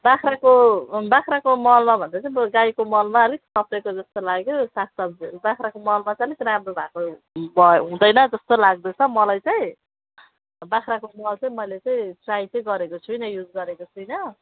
बाख्राको बाख्राको मलमा भन्दा चाहिँ बरु गाईको मलमा अलिक सप्रेको जस्तो लाग्यो सागसब्जीहरू बाख्राको मलमा चाहिँ अलिक राम्रो भएको भए हुँदैन जस्तो लाग्दैछ मलाई चाहिँ बाख्राको मल चाहिँ मैले चाहिँ ट्राई चाहिँ गरेको छुइनँ युज गरेको छुइनँ